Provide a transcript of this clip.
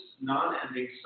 non-ending